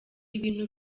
ibintu